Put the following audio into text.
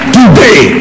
today